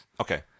Okay